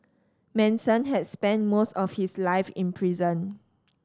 Manson had spent most of his life in prison